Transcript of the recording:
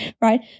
right